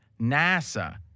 NASA